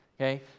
okay